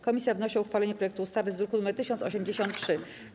Komisja wnosi o uchwalenie projektu ustawy z druku nr 1083.